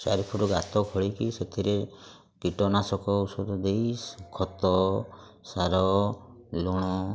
ଚାରି ଫୁଟ୍ ଗାତ ଖୋଳିକି ସେଥିରେ କୀଟନାଶକ ଔଷଧ ଦେଇ ଖତ ସାର ଲୁଣ